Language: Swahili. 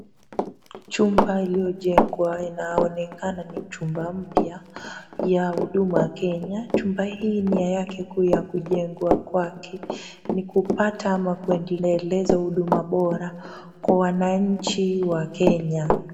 Chumba ililojengwa inaonekana ni chumba mpya ya huduma Kenya. Chumba hii nia yake kuu ya kujengwa kwake, ni kupata ama kuendeleza huduma bora kwa wananchi wa Kenya.